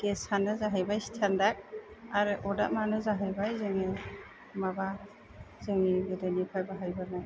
गेसानो जाहैबाय स्टेनडार्द आरो अदाबानो जाहैबाय जोंनि माबा जोंनि गोदोनिफ्राय बाहायबोनाय